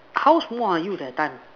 how small are you that time